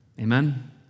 Amen